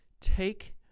take